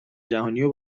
جهانیو